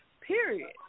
Period